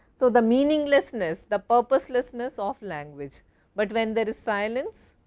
so, the meaninglessness, the purposeless of language but, when there is silence,